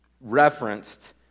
referenced